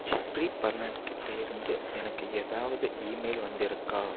Jeffrey பர்னட்கிட்ட இருந்து எனக்கு ஏதாவது இமெயில் வந்திருக்கா